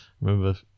remember